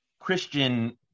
Christian